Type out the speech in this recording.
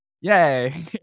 Yay